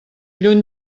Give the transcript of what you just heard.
lluny